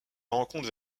rencontre